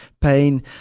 pain